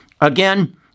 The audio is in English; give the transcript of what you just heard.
Again